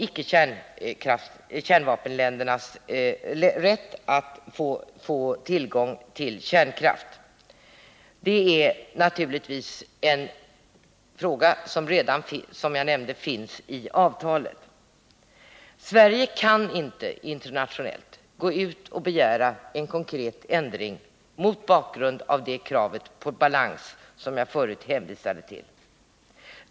Icke-kärnvapenländernas rätt att få tillgång till kärnkraft är naturligtvis, som sagt, en fråga som redan har berörts i avtalet. Sverige kan inte internationellt gå ut och begära en konkret ändring mot bakgrund av kravet på balans, som jag förut hänvisade till.